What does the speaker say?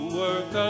work